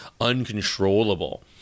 uncontrollable